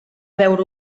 veure